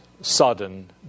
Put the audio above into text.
sudden